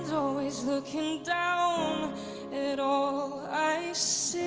always looking down at all i